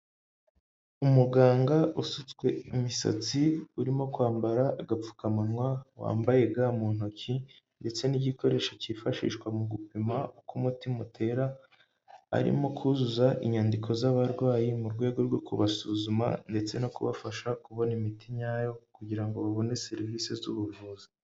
Umuganga usutswe imisatsi urimo kwambara agapfukamunwa wambaye ga mu ntoki ndetse n'igikoresho cyifashishwa mu gupima k'umutima utera, arimo kuzuza inyandiko z'abarwayi mu rwego rwo kubasuzuma ndetse no kubafasha kubona imiti nyayo kugira ngo babone serivisi z'ubuvuzi.